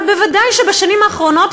אבל בוודאי שבשנים האחרונות,